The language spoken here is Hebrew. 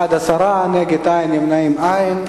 בעד, 10, נגד, אין, נמנעים, אין.